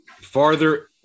farther